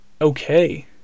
okay